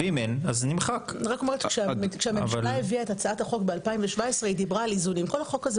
אני חושב שאולי אפשר